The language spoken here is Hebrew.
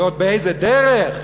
ועוד באיזה דרך,